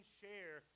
share